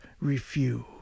refuse